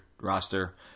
roster